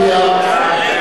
נא להצביע.